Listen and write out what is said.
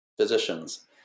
physicians